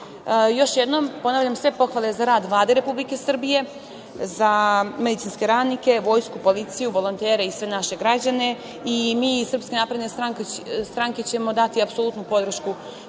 jednom ponavljam, sve pohvale za rad Vlade Republike Srbije, za medicinske radnike, Vojsku, policiju, volontere i sve naše građane. Mi iz SNS ćemo dati apsolutnu podršku